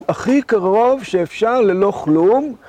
הכי קרוב שאפשר ללא כלום